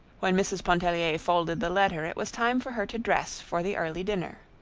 when mrs. pontellier folded the letter it was time for her to dress for the early dinner.